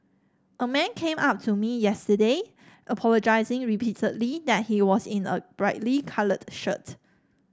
a man came up to me yesterday apologising repeatedly that he was in a brightly coloured shirt